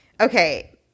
Okay